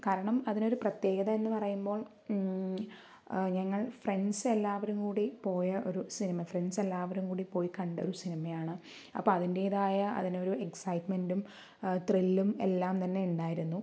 കാരണം അതിന് ഒരു പ്രത്യേകത എന്ന് പറയുമ്പോൾ ഞങ്ങൾ ഫ്രണ്ട്സ് എല്ലാവരും കൂടി പോയ ഒരു സിനിമ ഫ്രണ്ട്സ് എല്ലാവരും കൂടി പോയി കണ്ട ഒരു സിനിമയാണ് അപ്പം അതിന്റേതായ അതിനുള്ള എക്സൈറ്റ്മെൻറ്റും ത്രില്ലും എല്ലാം തന്നെ ഉണ്ടായിരുന്നു